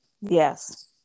Yes